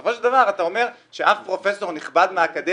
בסופו של דבר אתה אומר שאף פרופסור נכבד מהאקדמיה